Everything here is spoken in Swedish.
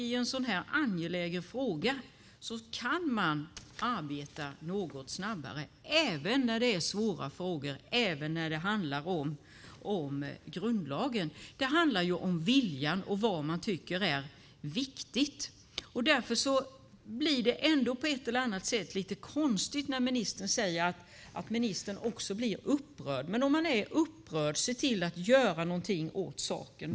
I en sådan här angelägen fråga kan man arbeta något snabbare även när det är svåra frågor och även när det handlar om grundlagen. Det handlar om viljan och vad man tycker är viktigt. Därför blir det ändå på ett eller annat sätt lite konstigt när ministern säger att han också blir upprörd. Är man upprörd - se då till att göra någonting åt saken!